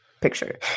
picture